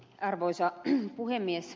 arvoisa puhemies